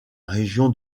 région